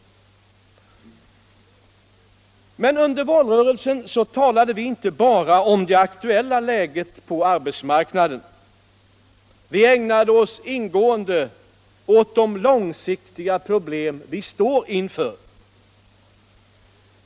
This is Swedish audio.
Allmänpolitisk debatt Allmänpolitisk debatt Men under valrörelsen talade vi inte bara om det aktuella läget på arbetsmarknaden. Vi ägnade oss ingående åt de långsiktiga problem som vårt land står inför.